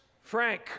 Frank